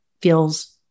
feels